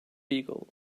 beagle